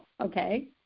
okay